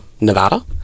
Nevada